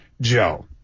Joe